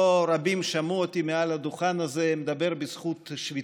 לא רבים שמעו אותי מעל הדוכן הזה מדבר בזכות שביתות.